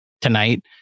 tonight